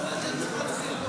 --- לצעקות.